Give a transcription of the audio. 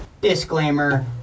disclaimer